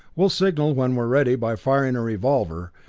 we'll signal when we're ready by firing a revolver,